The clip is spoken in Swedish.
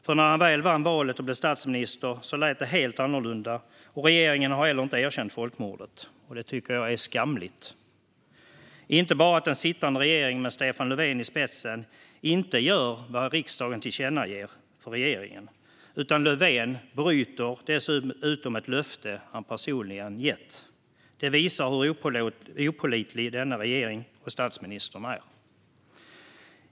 För när han väl vann valet och blev statsminister lät det helt annorlunda, och regeringen har heller inte erkänt folkmordet. Jag tycker att det är skamligt - inte bara att den sittande regeringen med Stefan Löfven i spetsen inte gör vad riksdagen tillkännagett för regeringen utan att Löfven dessutom bryter ett löfte han personligen gett. Det visar hur opålitlig denna regering och statsministern är.